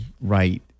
right